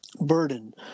burden